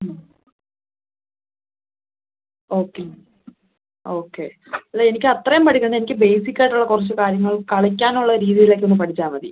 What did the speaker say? okay okay അല്ല എനിക്ക് അത്രയും പഠിക്കേണ്ട എനിക്ക് ബേസിക്കായിട്ടുള്ള കുറച്ച് കാര്യങ്ങൾ കളിക്കാനുള്ള രീതിയിലേക്കൊന്ന് പഠിച്ചാൽ മതി